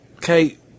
Kate